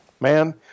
man